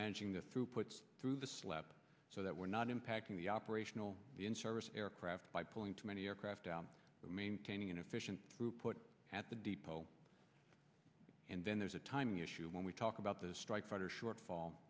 managing the throughputs through the slab so that we're not impacting the operational in service aircraft by pulling too many aircraft out and maintaining inefficient throughput at the depot and then there's a timing issue when we talk about the strike fighter